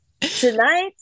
tonight